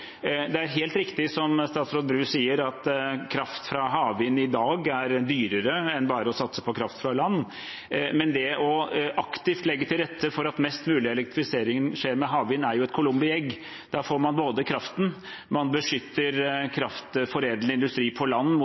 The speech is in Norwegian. Det er helt riktig som statsråd Bru sier, at kraft fra havvind i dag er dyrere enn bare å satse på kraft fra land, men aktivt å legge til rette for at mest mulig elektrifisering skjer med havvind, er jo et columbi egg. Da får man både kraften, man beskytter kraftforedlende industri på land mot